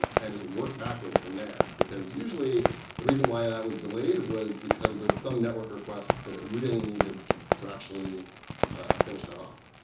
and just work backwards from there. because usually the reason why that was delayed was because of some network requests that it really needed to actually finish that off.